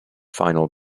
final